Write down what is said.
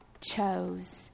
chose